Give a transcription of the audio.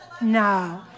No